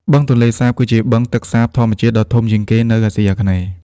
បឹងទន្លេសាបគឺជាបឹងទឹកសាបធម្មជាតិដ៏ធំជាងគេនៅអាស៊ីអាគ្នេយ៍។